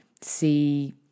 see